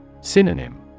Synonym